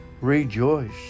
Rejoice